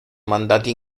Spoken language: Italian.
mandati